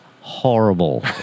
horrible